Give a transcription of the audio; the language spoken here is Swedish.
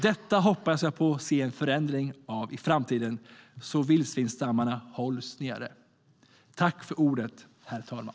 Jag hoppas på att få se en förändring av detta i framtiden, så att vildsvinsstammen hålls nere. Överläggningen var härmed avslutad.